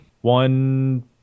one